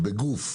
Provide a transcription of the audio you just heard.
בגוף.